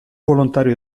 volontario